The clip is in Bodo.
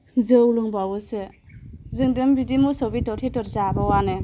जौ लोंबावोसो जोंदोन बिदि मोसौ बेदर थेदर जाबावानो